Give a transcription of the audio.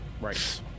right